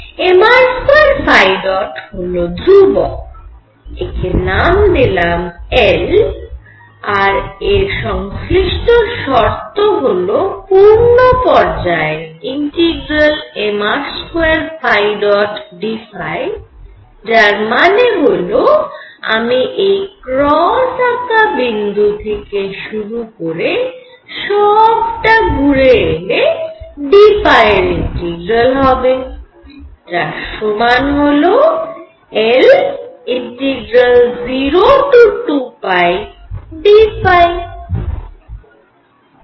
mr2ϕ̇ হল ধ্রুবক একে নাম দিলাম L আর এর সংশ্লিষ্ট শর্ত হল সম্পূর্ণ পর্যায়ে mr2dϕ যার মানে হল আমি এই ক্রস আঁকা বিন্দু থেকে শুরু করে সবটা ঘুরে এলে d এর ইন্টিগ্রাল হবে যার সমান হল L02πdϕ